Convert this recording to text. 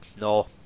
no